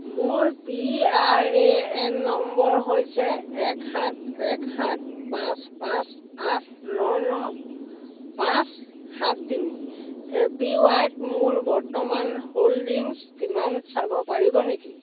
মোৰ P R A N number হৈছে এক সাত এক সাত পাঁচ পাঁচ আঠ ন ন পাঁচ সাত তিনি এপিৱাইত মোৰ বৰ্তমান হোল্ডিংছ কিমান চাব পাৰিব নেকি